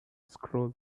scroll